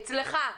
אצלך.